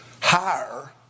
Higher